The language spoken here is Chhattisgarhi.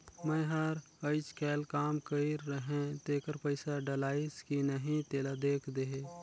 मै हर अईचकायल काम कइर रहें तेकर पइसा डलाईस कि नहीं तेला देख देहे?